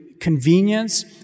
convenience